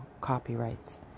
copyrights